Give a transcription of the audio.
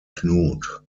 knut